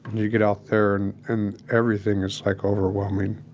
you get out there and and everything is, like, overwhelming